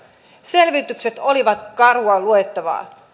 selvitykset olivat karua luettavaa